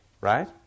right